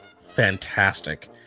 fantastic